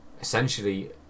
essentially